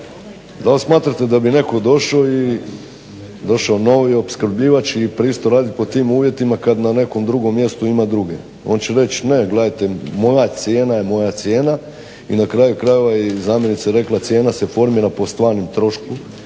da li smatrate da bi netko došao neki novi opskrbljivač i pristao raditi pod tim uvjetima kada na nekom drugom mjestu ima druge. On će reći ne, gledajte moja cijena je moja cijena i na kraju krajeva i zamjenica rekla cijena se formira po stvarnom trošku.